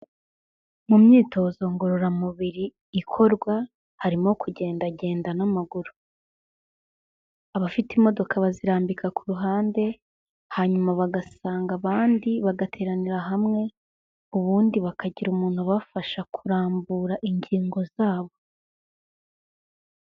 Mu myitozo ngororamubiri ikorwa, harimo kugenda n'amaguru, abafite imodoka bazirambika ku ruhande, hanyuma bagasanga abandi bagateranira hamwe, ubundi bakagira umuntu ubafasha kurambura ingingo zabo.